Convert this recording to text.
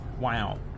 Wow